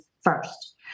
first